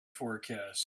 forecast